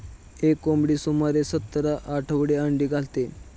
एक कोंबडी सुमारे सत्तर आठवडे अंडी घालते